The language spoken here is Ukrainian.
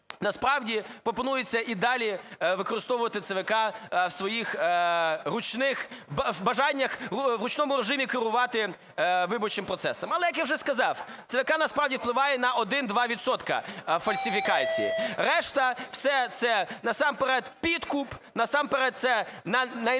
насправді пропонується і далі використовувати ЦВК у своїх ручних бажаннях, у ручному режимі керувати виборчим процесом. Але, як я вже сказав, ЦВК насправді впливає на 1-2 відсотка фальсифікацій, все решта – це насамперед підкуп, насамперед це на